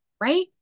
right